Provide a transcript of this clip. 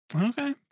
Okay